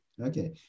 okay